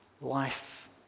life